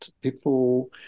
people